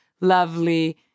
lovely